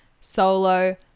Solo